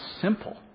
simple